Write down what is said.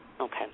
Okay